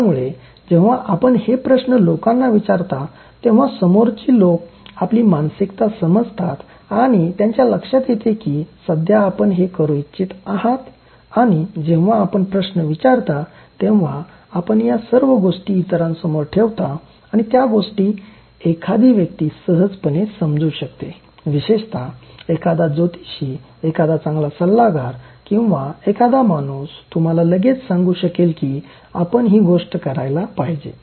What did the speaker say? त्यामुळे जेव्हा आपण हे प्रश्न लोकांना विचारता तेव्हा समोरची लोक आपली मानसिकता समजतात आणि त्यांच्या लक्षात येते की सध्या आपण हे करू इच्छित आहात आणि जेव्हा आपण प्रश्न विचारता तेव्हा आपण या सर्व गोष्टी इतरांसमोर ठेवता आणि त्या गोष्टी एखादी व्यक्ती सहजपणे समजू शकते विशेषत एखादा ज्योतिषी एखादा चांगला सल्लागार किंवा एखादा माणूस तुम्हाला लगेच सांगू शकेल की आपण ही गोष्ट करायला पाहिजे